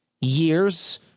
years